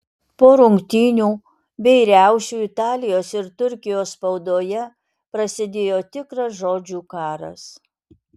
po rungtynių bei riaušių italijos ir turkijos spaudoje prasidėjo tikras žodžių karas